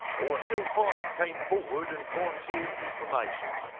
or until parties came forward and volunteered information.